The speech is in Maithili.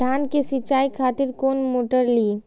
धान के सीचाई खातिर कोन मोटर ली?